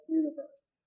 universe